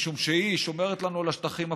משום שהיא שומרת לנו על השטחים הפתוחים,